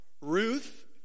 Ruth